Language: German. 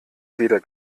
weder